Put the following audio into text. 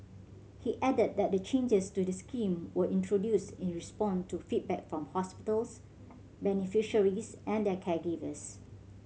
he added that the changes to the scheme were introduced in response to feedback from hospitals beneficiaries and their caregivers